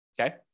Okay